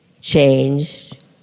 changed